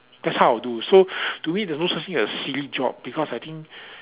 that's how I'll do so to me there's no such thing as silly job because I think